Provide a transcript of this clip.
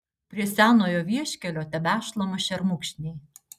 prie senojo vieškelio tebešlama šermukšniai